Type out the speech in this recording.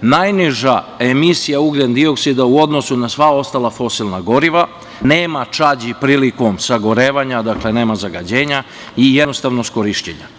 najniža emisija ugljendioksida u odnosu na sva ostala fosilna goriva, nema čađi prilikom sagorevanja, dakle nema zagađenja i jednostavnost korišćenja.